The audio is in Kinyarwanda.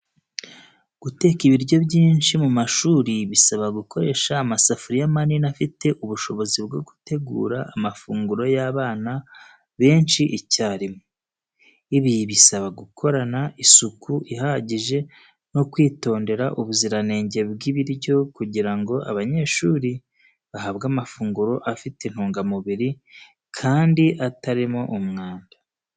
Guteka ibiryo byinshi mu mashuri bisaba gukoresha amasafuriya manini afite ubushobozi bwo gutegura amafunguro y’abana benshi icyarimwe. Ibi bisaba gukorana isuku ihagije no kwitondera ubuziranenge bw’ibiryo kugira ngo abanyeshuri bahabwe amafunguro afite intungamubiri kandi atarimo umwanda.